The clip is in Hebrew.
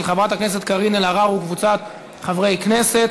של חברת הכנסת קארין אלהרר וקבוצת חברי הכנסת.